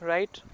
Right